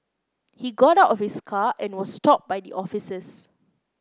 he got out of his car and was stopped by the officers